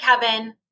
Kevin